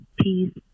peace